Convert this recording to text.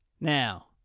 Now